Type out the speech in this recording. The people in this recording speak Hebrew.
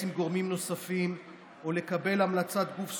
עם גורמים נוספים או לקבל המלצת גוף ספציפי,